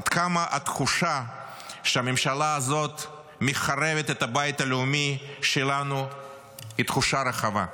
עד כמה התחושה שהממשלה הזאת מחרבת את הבית הלאומי שלנו היא תחושה רחבה.